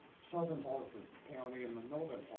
southern morton county and the northern